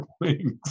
wings